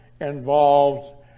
involved